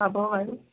হ'ব বাৰু